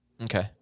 Okay